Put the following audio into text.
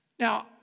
Now